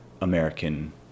American